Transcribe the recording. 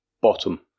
bottom